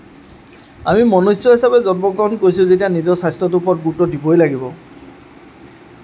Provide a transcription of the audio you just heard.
আমি মনুষ্য হিচাপে জন্মগ্ৰহণ কৰিছোঁ যেতিয়া নিজৰ স্বাস্থ্যটোৰ ওপৰত গুৰুত্ব দিবই লাগিব